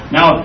Now